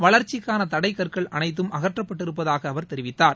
வளர்ச்சிக்கான தடைக்கற்கள் அனைத்தும் அகற்றப்பட்டிருப்பதாக அவர் தெரிவித்தார்